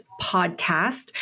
podcast